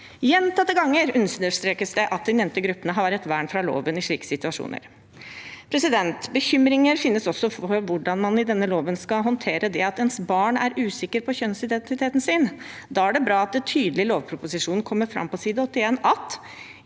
Gjentatte ganger understrekes det at de nevnte gruppene har et vern fra loven i slike situasjoner. Bekymringer finnes også for hvordan man etter denne loven skal håndtere det at ens barn er usikker på kjønnsidentitet sin. Da er det bra at det i lovproposisjonen kommer tydelig fram på side 81 at